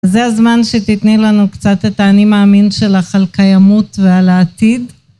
זה הזמן שתתני לנו קצת את האני מאמין שלך על קיימות ועל העתיד.